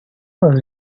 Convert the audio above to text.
was